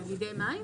לתאגידי מים?